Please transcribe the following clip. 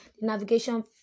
navigation